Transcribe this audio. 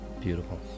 Beautiful